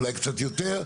אולי קצת יותר,